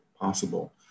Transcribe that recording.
possible